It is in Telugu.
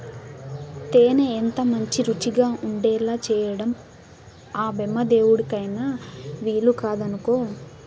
తేనె ఎంతమంచి రుచిగా ఉండేలా చేయడం ఆ బెమ్మదేవుడికైన వీలుకాదనుకో